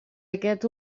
aquest